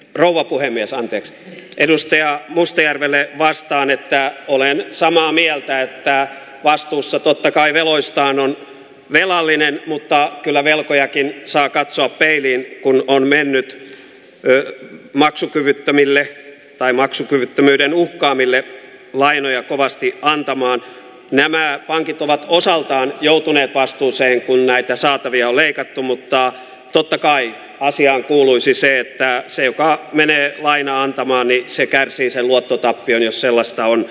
rouva puhemies anteeks edustaja mustajärvelle vastaan että olen samaa mieltä että vastuussa totta kai veloistaan on velallinen mutta kyllä velkojakin saa katsoa peiliin kun on mennyt terän maksukyvyttömille tai maksukyvyttömyyden uhkaamille lainoja kovasti antamaan nämä pankit ovat osaltaan joutuneet vastuuseen kun näitä saatavia leikattu mutta totta kai asiaan kuuluisi se että se joka menee vain antamaan itse kärsii sen luottotappion jos sellaista on